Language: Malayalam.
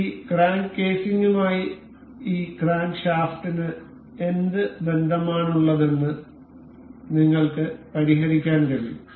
ഈ ക്രാങ്ക് കേസിംഗുമായി ഈ ക്രാങ്ക്ഷാഫ്റ്റിന് എന്ത് ബന്ധമാണുള്ളതെന്ന് നിങ്ങൾക്ക് പരിഹരിക്കാൻ കഴിയും